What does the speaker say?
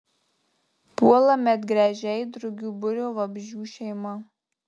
puola medgręžiai drugių būrio vabzdžių šeima